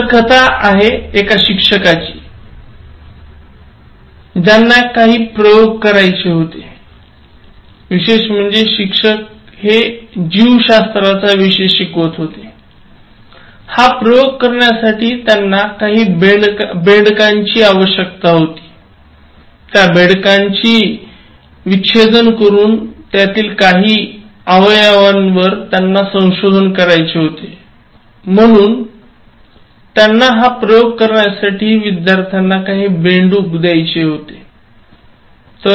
तर कथा आहे एका शिक्षकाची ज्यांना काही प्रयोग करायचे होते विशेष म्हणजे शिक्षक हा जीवशास्त्राचा होता हा प्रयोग करण्यासाठी त्याला काही बेडकांची आवश्यकता होती त्या बेडकांची विच्छेदन करून त्यातील काही अवयवांवर त्याला संशोधन करायचे होते म्हणून त्याला हा प्रयोग करण्यासाठी विद्यर्थ्यांना काही बेंडूक द्यायचे होते